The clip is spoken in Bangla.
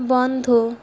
বন্ধ